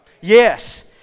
Yes